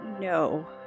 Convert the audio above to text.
No